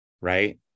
right